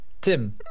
Tim